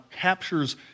captures